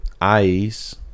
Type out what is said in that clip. ice